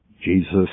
Jesus